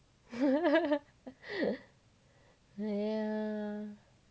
!aiya!